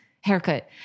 haircut